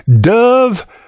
Dove